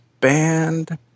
band